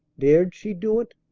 dared she do it?